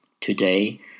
Today